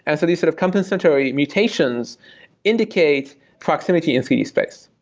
and so these sort of compensatory mutations indicate proximity in three d space.